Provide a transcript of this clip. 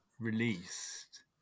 released